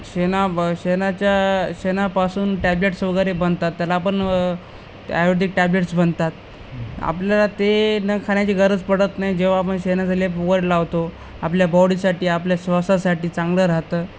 शेणा ब शेणाच्या शेणापासून टॅब्लेट्स वगैरे बनतात त्याला पण आयुर्वेदिक टॅब्लेट्स बनतात आपल्याला ते न खाण्याची गरज पडत नाही जेव्हा आपण शेणाचा लेपवर लावतो आपल्या बॉडीसाठी आपल्या श्वासासाठी चांगलं राहतं